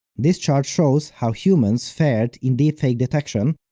this chart shows how humans fared in deepfake detection,